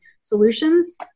solutions